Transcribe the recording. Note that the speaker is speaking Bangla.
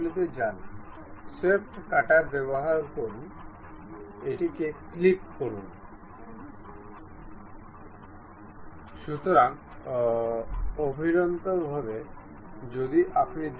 আসুন আমরা এটি ঠিক করি এবং এই পিনটিকে ফ্লোটিং হিসাবে তৈরি করি